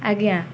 ଆଜ୍ଞା